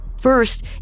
First